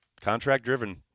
contract-driven